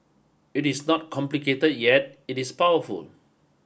it is not complicate yet it is powerful